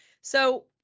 So-